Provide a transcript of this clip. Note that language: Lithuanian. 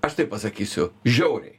aš taip pasakysiu žiauriai